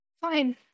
Fine